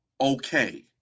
okay